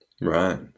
Right